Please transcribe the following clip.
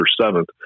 seventh